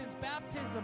baptism